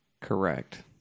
Correct